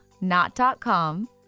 not.com